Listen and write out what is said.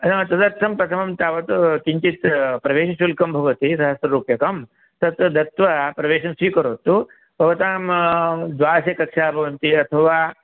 ह तदर्थं प्रथमं तावत् किञ्चित् प्रवेशशुल्कं भवति सहस्ररूप्यकं तत् दत्वा प्रवेशं स्वीकरोतु भवतां द्वादश कक्षाः भवन्ति अथवा